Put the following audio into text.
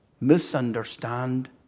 misunderstand